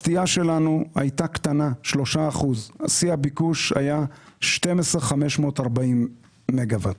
הסטייה שלנו הייתה קטנה 3%. שיא הביקוש היה 12,540 מגה-ואט.